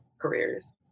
careers